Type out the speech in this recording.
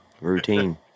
routine